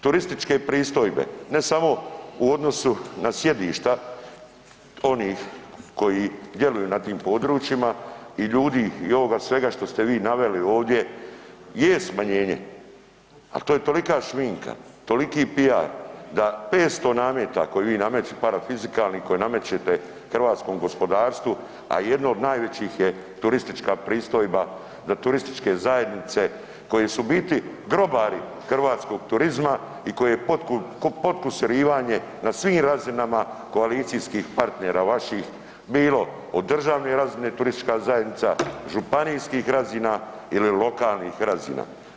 Turističke pristojbe ne samo u odnosu na sjedišta onih koji djeluju na tim područjima i ljudi i ovoga svega što ste vi naveli ovdje je smanjenje, ali to je tolika šminka, toliki PR da 500 nameta parafiskalnih koje namećete hrvatskom gospodarstvu, a jedno od najvećih je turistička pristojba da turističke zajednice koje su u biti grobari hrvatskog turizma i koje je potkusurivanje na svim razinama koalicijskih partnera vaših bilo od državne razine turistička zajednica, županijskih razina ili lokalnih razina.